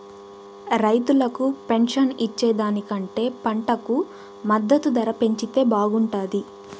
రైతులకు పెన్షన్ ఇచ్చే దానికంటే పంటకు మద్దతు ధర పెంచితే బాగుంటాది